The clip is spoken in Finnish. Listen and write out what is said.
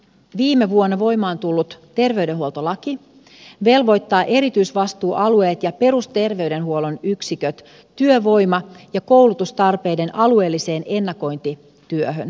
viime vuonna voimaan tullut terveydenhuoltolaki velvoittaa erityisvastuualueet ja perusterveydenhuollon yksiköt työvoima ja koulutustarpeiden alueelliseen ennakointityöhön